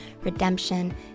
redemption